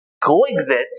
coexist